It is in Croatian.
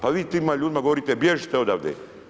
Pa vi tima ljudima govorite bježite odavade.